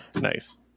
nice